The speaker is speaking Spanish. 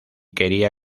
quería